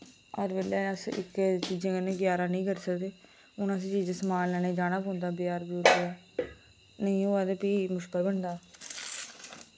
हर बेल्लै अस इक्कै चीजें कन्नै गुजरा नेईं करी सकदे हुन असें जे जे समान लैने जाना पौंदा बजार बजूर निं होऐ ते फ्ही मुश्कल बनदा